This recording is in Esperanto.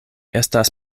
estas